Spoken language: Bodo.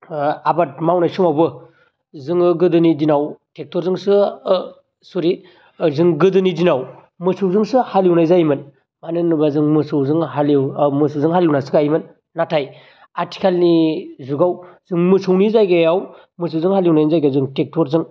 ओ आबाद मावनाय समावबो जोङो गोदोनि दिनाव ट्रेक्टरजोंसो सरि जों गोदोनि दिनाव मोसौजोंसो हालएवनाय जायोमोन मानो होनोब्ला जों मोसौजों हालएवनासो गायोमोन नाथाय आथिखालनि जुगाव जों मोसौनि जायगायाव मोसौजों हालएवनायनि जायगायाव जों ट्रेक्टरजों